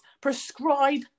prescribe